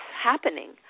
happening